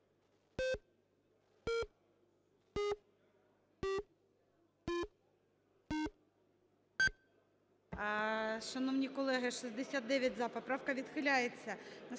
Шановні колеги, 69 – за, поправка відхиляється.